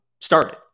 started